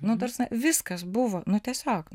nu ta prasme viskas buvo nu tiesiog